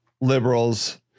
liberals